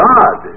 God